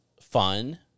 fun